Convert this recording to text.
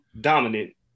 dominant